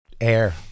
Air